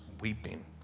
weeping